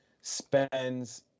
spends